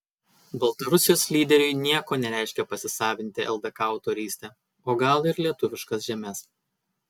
baltarusijos lyderiui nieko nereiškia pasisavinti ldk autorystę o gal ir lietuviškas žemes